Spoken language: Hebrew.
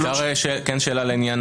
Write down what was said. אפשר שאלה לסעיף